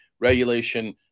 regulation